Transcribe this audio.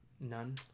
None